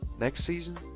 next season,